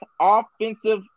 offensive